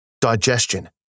Digestion